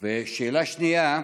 שאלה שנייה: